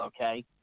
okay